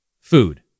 Food